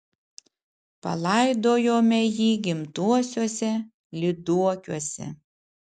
palaidojome jį gimtuosiuose lyduokiuose